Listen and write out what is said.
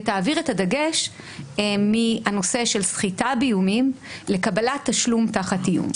ותעביר את הדגש מהנושא של סחיטה באיומים לקבלת תשלום תחת איום.